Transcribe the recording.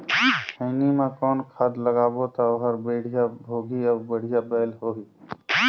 खैनी मा कौन खाद लगाबो ता ओहार बेडिया भोगही अउ बढ़िया बैल होही?